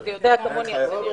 אתה יודע כמוני איך זה נראה.